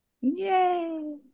Yay